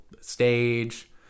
stage